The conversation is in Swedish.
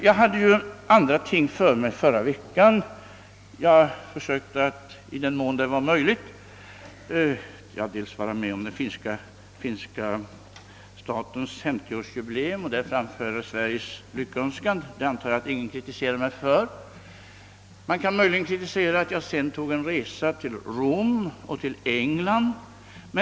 Jag var ju under förra veckan upptagen av andra angelägenheter. BI. a. deltog jag vid firandet av den finska statens 50-årsjubileum, varvid jag framförde den svenska statens lyckönskan. Jag antar att ingen kritiserar mig för detta. Man kan möjligen klandra mig för att jag sedan företog en resa till Rom och till England.